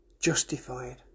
Justified